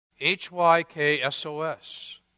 H-Y-K-S-O-S